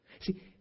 See